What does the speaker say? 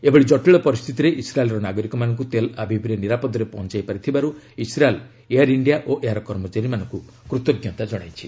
ଏଭଳି କଟିଳ ପରିସ୍ଥିତିରେ ଇସ୍ରାଏଲ୍ର ନାଗରିକମାନଙ୍କୁ ତେଲ୍ ଆଭିଭ୍ରେ ନିରାପଦରେ ପହଞ୍ଚାଇ ପାରିଥିବାରୁ ଇସ୍ରାଏଲ୍ ଏୟାର୍ ଇଣ୍ଡିଆ ଓ ଏହାର କର୍ମଚାରୀମାନଙ୍କୁ କୃତଜ୍ଞତା କଣାଇଛି